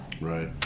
Right